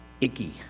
Icky